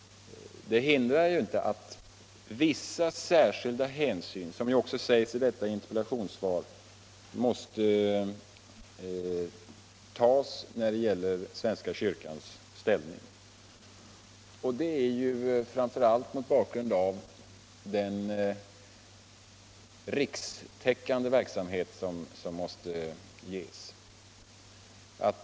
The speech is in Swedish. Det hinrar inte att vissa särskilda hänsyn —- som också sägs i interpellationssvaret — måste tas till svenska kyrkans ställning, framför allt mot bakgrund av den rikstäckande verksamhet som måste bedrivas.